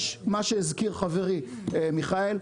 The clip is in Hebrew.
יש מה שהזכיר חברי מיכאל,